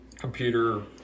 computer